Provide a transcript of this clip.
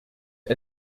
and